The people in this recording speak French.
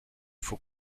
faut